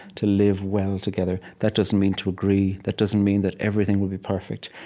to live well together. that doesn't mean to agree. that doesn't mean that everything will be perfect.